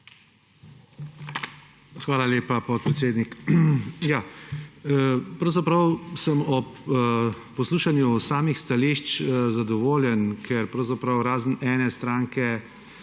Hvala lepa, podpredsednik. Pravzaprav sem ob poslušanju samih stališč zadovoljen, ker razen ene stranke,